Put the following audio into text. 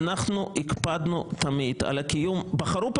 אנחנו הקפדנו תמיד על קיום בחרו פה